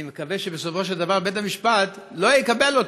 ואני מקווה שבסופו של דבר בית-המשפט לא יקבל אותו,